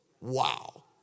Wow